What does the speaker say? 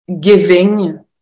giving